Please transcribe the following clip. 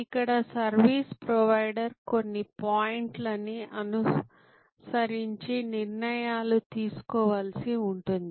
ఇక్కడ service provider కొన్ని point లని అనుసరించి నిర్ణయాలు తీసుకోవలసి ఉంటుంది